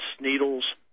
needles